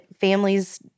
families